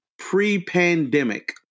pre-pandemic